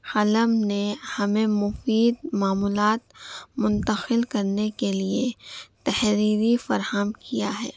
قلم نے ہمیں مفید معمولات منتقل کرنے کے لیے تحریری فراہم کیا ہے